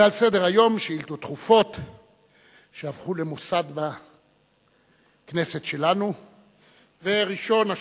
שעה 11:00 תוכן העניינים שאילתות דחופות 7 367. מעצר מנהל